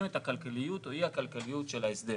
את הכלכליות או אי הכלכליות של ההסדר.